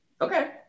okay